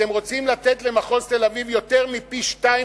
אתם רוצים לתת למחוז תל-אביב יותר מפי-שניים